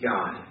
God